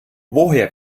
woher